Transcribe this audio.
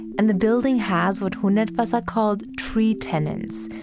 and the building has what hundertwasser called tree tenants.